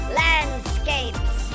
landscapes